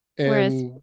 Whereas